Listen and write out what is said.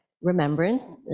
remembrance